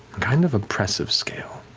kind of oppressive scale.